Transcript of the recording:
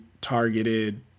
targeted